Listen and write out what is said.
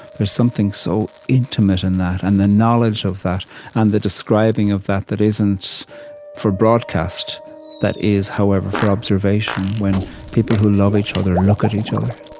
there's something so intimate in that, and the knowledge of that and the describing of that, that isn't for broadcast that is, however, for observation when people who love each other look at each other